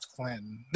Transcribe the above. Clinton